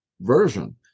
version